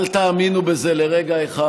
אל תאמינו בזה לרגע אחד.